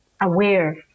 aware